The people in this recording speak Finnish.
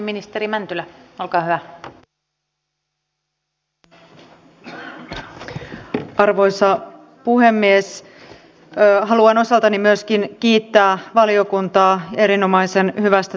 ministeri sanni grahn laasosen paimenkirje yliopistoille halventaa sitä tärkeää työtä mitä yliopistoissamme tehdään maamme parhaaksi